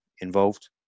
involved